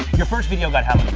your first video got how